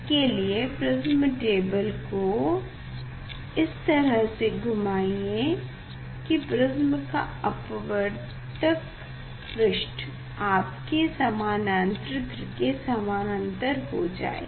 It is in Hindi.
इसके लिए प्रिस्म टेबल को इस तरह से घुमाइए कि प्रिस्म का परावर्तक पृष्ठ ठीक समांतरित्र के समानांतर हो जाए